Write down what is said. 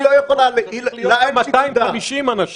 היא לא יכולה --- כי לה אין 250 אנשים.